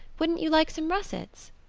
wouldn't you like some russets?